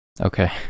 Okay